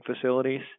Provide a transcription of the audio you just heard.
facilities